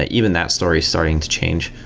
ah even that story is starting to change.